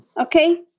Okay